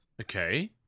Okay